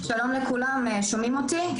בתוך העולם